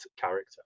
character